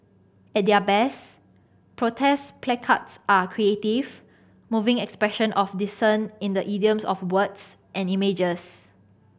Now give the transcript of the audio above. at their best protest placards are creative moving expression of dissent in the idiom of words and images